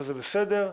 וזה בסדר,